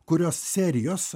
kurios serijos